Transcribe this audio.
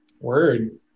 word